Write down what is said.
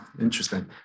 interesting